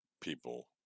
people